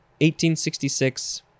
1866